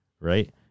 right